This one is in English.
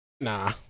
Nah